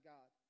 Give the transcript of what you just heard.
God